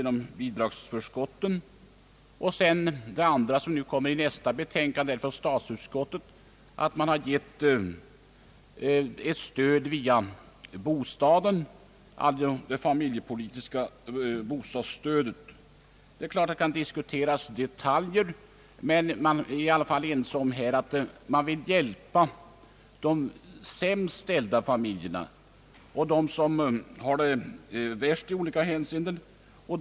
Samtidigt får de enligt statsutskottets förslag i nästa utlåtande på föredragningslistan — ett ekonomiskt stöd via bostaden, det familjepolitiska bostadsstödet. Naturligtvis kan detaljfrågor diskuteras, men vi är i alla fall ense om att hjälpa de sämst ställda familjerna som har det svårast i olika hänseenden.